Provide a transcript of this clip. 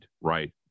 right